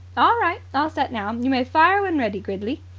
all right. all set now. you may fire when ready, gridley.